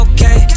Okay